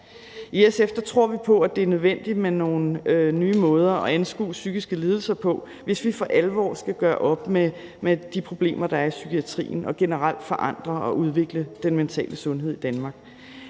I SF tror vi på, at det er nødvendigt med nogle nye måder at anskue psykiske lidelser på, hvis vi for alvor skal gøre op med de problemer, der er i psykiatrien, og generelt forandre og udvikle den mentale sundhed i Danmark.